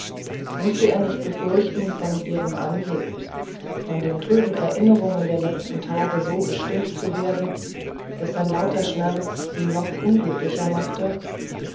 mußte er nicht befürchten von ihrem anblick von den trüben erinnerungen der letzten tage so bestimmt zu werden daß sein lauter schmerz sie noch unglücklicher machte